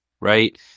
right